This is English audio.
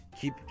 Keep